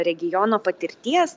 regiono patirties